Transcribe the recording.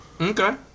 Okay